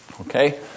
Okay